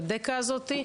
הדיכוי הזאת.